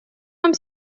нам